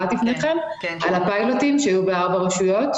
הפיילוט שהיו בארבע רשויות.